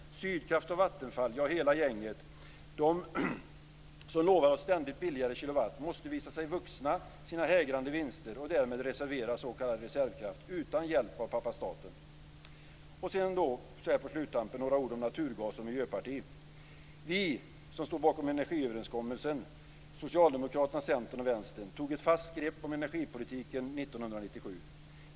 Sydkraft, Vattenfall och hela gänget som ständigt lovar billigare kilowatt måste visa sig vuxna sina hägrande vinster och därmed reservera s.k. reservkraft utan hjälp från pappa staten. Så några ord om naturgasen och Miljöpartiet. som stod bakom energiöverenskommelsen tog ett fast grepp över energipolitiken 1997.